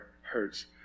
hurts